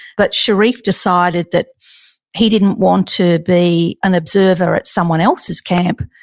but sherif decided that he didn't want to be an observer at someone else's camp.